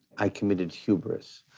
i committed hubris.